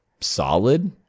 solid